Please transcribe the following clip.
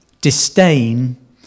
disdain